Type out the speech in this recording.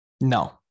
No